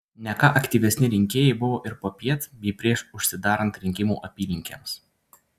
ne ką aktyvesni rinkėjai buvo ir popiet bei prieš užsidarant rinkimų apylinkėms